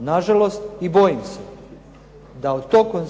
Nažalost i bojim se da od toga